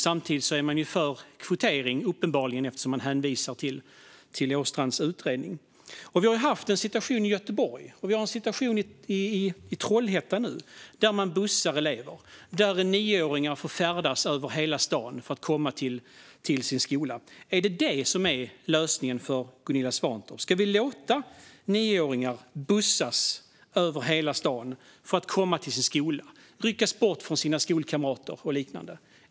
Samtidigt är man uppenbarligen för kvotering eftersom man hänvisar till Åstrands utredning. Vi har haft en situation i Göteborg och har nu en situation i Trollhättan där man bussar elever, där nioåringar får färdas över hela stan för att komma till sin skola. Är det detta som är lösningen för Gunilla Svantorp? Ska vi låta nioåringar bussas till skolan över hela stan och ryckas bort från sina skolkamrater och liknande?